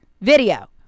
video